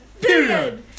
Period